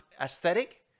aesthetic